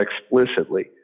explicitly